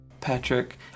Patrick